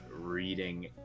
reading